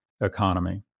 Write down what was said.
economy